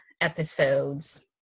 episodes